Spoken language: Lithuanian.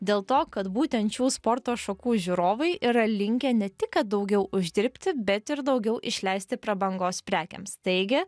dėl to kad būtent šių sporto šakų žiūrovai yra linkę ne tik kad daugiau uždirbti bet ir daugiau išleisti prabangos prekėms taigi